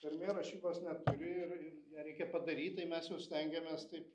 tarmė rašybos neturi ir ir ją reikia padaryt tai mes jau mes stengėmės taip